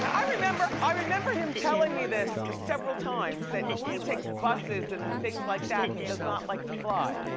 i remember i remember him telling me this several times that he takes buses and things like that. he does not like to fly.